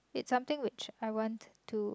it something which I want to